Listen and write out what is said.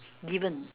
given